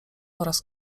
oraz